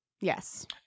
Yes